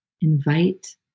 invite